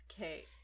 Okay